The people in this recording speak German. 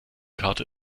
karte